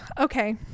Okay